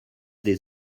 des